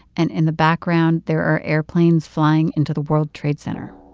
and in the background, there are airplanes flying into the world trade center.